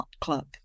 Club